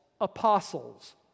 apostles